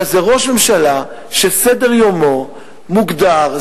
אלא זה ראש ממשלה שסדר-יומו מוגדר,